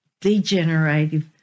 degenerative